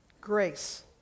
Grace